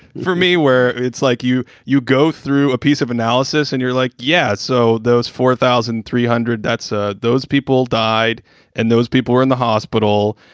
for me, where it's like you you go through a piece of analysis and you're like. yes. so those four thousand three hundred, that's ah those people died and those people were in the hospital.